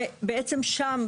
ובעצם שם,